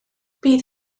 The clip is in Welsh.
bydd